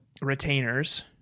retainers